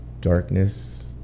darkness